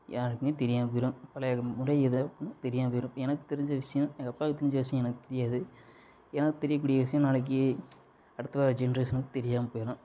யாருக்குமே தெரியாம போயிரும் பழைய முறை எது அப்புட்ன்னு தெரியாம போயிரும் எனக்கு தெரிஞ்ச விஷயம் எங்க அப்பாக்கு தெரிஞ்ச விஷயம் எனக்கு தெரியாது எனக்கு தெரியக்கூடிய விஷயம் நாளைக்கு அடுத்து வர்ற ஜென்ட்ரேஷனுக்கு தெரியாம போயிரும்